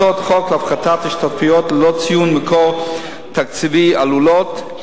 הצעות חוק להפחתת השתתפויות ללא ציון מקור תקציבי עלולות,